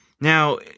Now